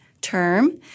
term